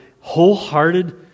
wholehearted